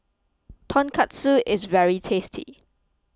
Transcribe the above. Tonkatsu is very tasty